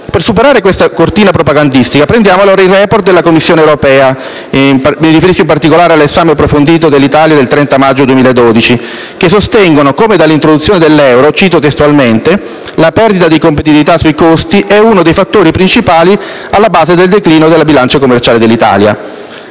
Per superare questa cortina propagandistica vale la pena leggere i *report* della Commissione europea (mi riferisco all'esame approfondito per l'Italia del 30 maggio 2012) che sostengono come dall'introduzione dell'euro - cito testualmente - «la perdita di competitività sui costi è uno dei fattori principali alla base del declino della bilancia commerciale dell'Italia»